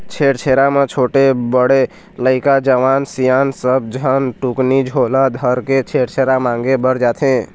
छेरछेरा म छोटे, बड़े लइका, जवान, सियान सब झन टुकनी झोला धरके छेरछेरा मांगे बर जाथें